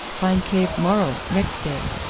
find cave morrow nex day.